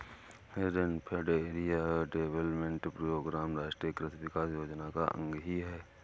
rainfed area development programme राष्ट्रीय कृषि विकास योजना का अंग ही है